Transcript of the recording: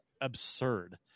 absurd